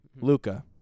Luca